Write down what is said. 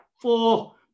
four